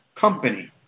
company